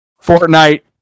Fortnite